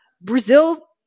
Brazil